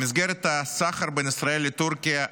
במסגרת הסחר בין ישראל לטורקיה,